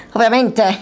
Ovviamente